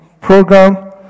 program